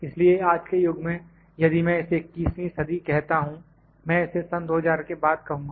इसलिए आज के युग में यदि मैं इसे 21वीं सदी कहता हूं मैं इसे सन 2000 के बाद कहूँगा